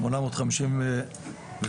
שמונה מאות חמישים ושלושה